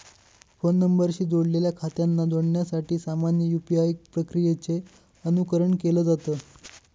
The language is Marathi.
फोन नंबरशी जोडलेल्या खात्यांना जोडण्यासाठी सामान्य यू.पी.आय प्रक्रियेचे अनुकरण केलं जात